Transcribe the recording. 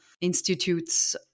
institutes